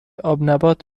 آبنبات